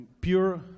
pure